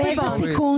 באיזה סיכון?